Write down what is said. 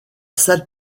salle